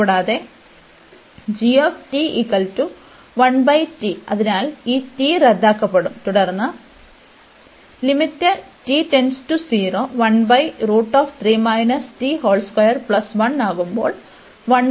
കൂടാതെ അതിനാൽ ഈ t റദ്ദാക്കപ്പെടും തുടർന്ന് ആകുമ്പോൾ ലഭിക്കും